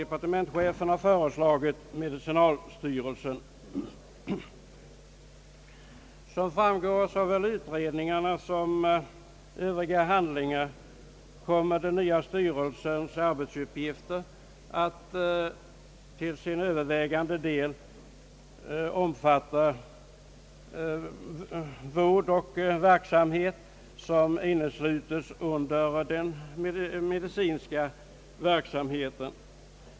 Den nya styrelsens arbetsuppgifter kommer, såsom framgår av både utredningarna och övriga handlingar, att till sin övervägande del omfatta sådant som inneslutes i den medicinska verksamheten.